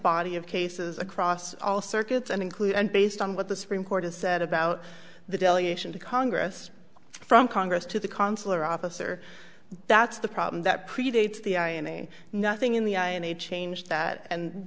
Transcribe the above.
body of cases across all circuits and include and based on what the supreme court has said about the delegation to congress from congress to the consular officer that's the problem that predates the nothing in the eye and they change that and